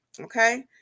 okay